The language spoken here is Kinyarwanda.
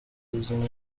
izina